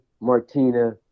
Martina